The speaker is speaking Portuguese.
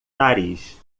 nariz